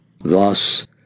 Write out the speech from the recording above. Thus